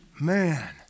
Man